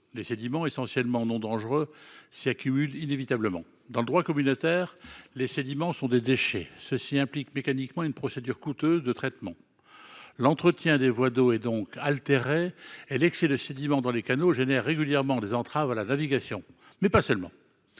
Les sédiments, essentiellement non dangereux, s’y accumulent inévitablement. Le droit communautaire considère les sédiments comme des déchets. Cela implique mécaniquement une procédure coûteuse de traitement. L’entretien des voies d’eau est donc empêché, tandis que l’excès de sédiments dans les canaux génère régulièrement des entraves à la navigation, mais pas seulement.